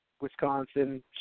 Wisconsin